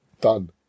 done